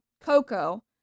Coco